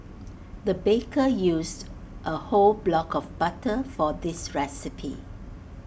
the baker used A whole block of butter for this recipe